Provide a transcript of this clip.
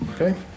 Okay